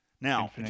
now